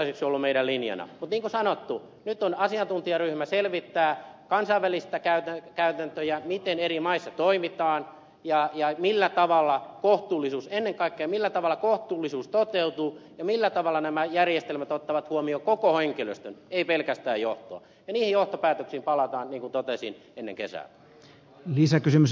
mutta niin kuin sanottu nyt asiantuntijaryhmä selvittää kansainvälisiä käytäntöjä miten eri maissa toimitaan ja millä tavalla ennen kaikkea kohtuullisuus toteutuu ja millä tavalla nämä järjestelmät ottavat huomioon koko henkilöstön ei pelkästään johtoa ja niihin johtopäätöksiin palataan niin kuin totesin ennen kesää